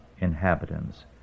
inhabitants